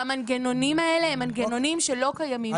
והמנגנונים האלה הם מנגנונים שלא קיימים.